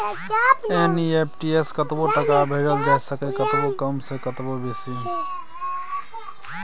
NEFT सँ कतबो टका भेजल जाए सकैए कतबो कम या कतबो बेसी